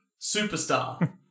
superstar